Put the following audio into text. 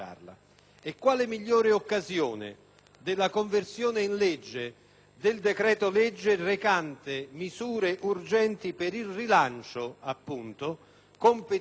della conversione in legge del decreto-legge recante misure urgenti per il rilancio - appunto - competitivo del settore agroalimentare?